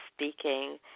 speaking